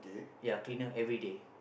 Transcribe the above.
ya cleaner everyday